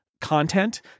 content